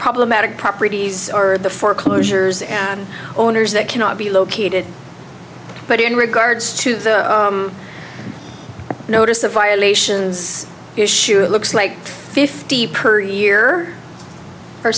problematic properties or the foreclosures and owners that cannot be located but in regards to the notice of violations issue it looks like fifty per year